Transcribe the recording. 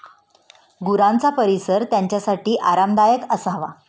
गुरांचा परिसर त्यांच्यासाठी आरामदायक असावा